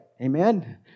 Amen